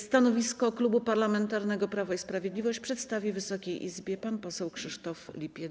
Stanowisko Klubu Parlamentarnego Prawo i Sprawiedliwość przedstawi Wysokiej Izbie pan poseł Krzysztof Lipiec.